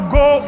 go